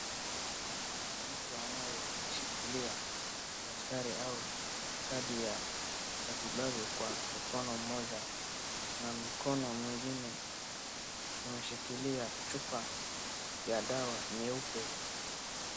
Mtu anayeshikilia daftari au kadi ya matibabu kwa mkono moja na mkono ingine imeshikilia chupa ya dawa nyeupe.